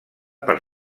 per